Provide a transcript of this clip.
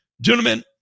Gentlemen